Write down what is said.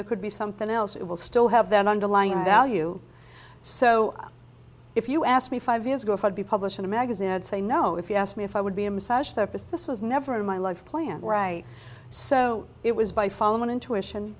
there could be something else it will still have that underlying value so if you asked me five years ago if i'd be publishing a magazine i'd say no if you asked me if i would be a massage therapist this was never in my life plan right so it was by following intuition